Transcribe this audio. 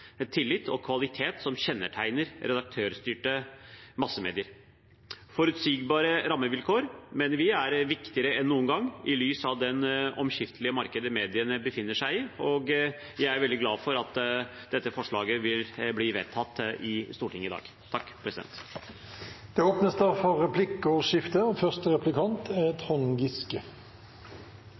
tillit og kvalitet som kjennetegner redaktørstyrte massemedier. Forutsigbare rammevilkår mener vi er viktigere enn noen gang i lys av det omskiftelige markedet mediene befinner seg i, og jeg er veldig glad for at dette forslaget vil bli vedtatt i Stortinget i dag. Det blir replikkordskifte. Det er jo ikke store uenighetene i denne saken, og